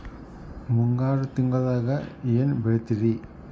ಮುಂಗಾರು ತಿಂಗಳದಾಗ ಏನ್ ಬೆಳಿತಿರಿ?